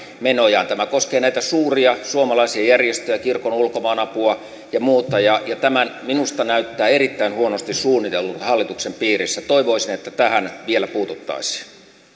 menojaan tämä koskee näitä suuria suomalaisia järjestöjä kirkon ulkomaanapua ja muita tämä minusta näyttää erittäin huonosti suunnitellulta hallituksen piirissä toivoisin että tähän vielä puututtaisiin